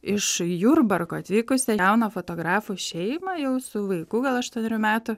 iš jurbarko atvykusią jauną fotografų šeimą jau su vaiku gal aštuonerių metų